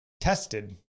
tested